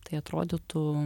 tai atrodytų